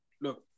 Look